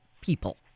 people